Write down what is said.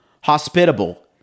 hospitable